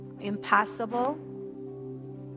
impossible